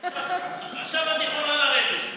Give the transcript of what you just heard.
את יכולה לרדת, עכשיו את יכולה לרדת.